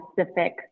specific